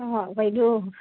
অঁ বাইদেউ